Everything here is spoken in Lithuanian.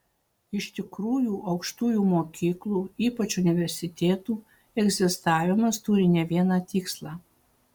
iš tikrųjų aukštųjų mokyklų ypač universitetų egzistavimas turi ne vieną tikslą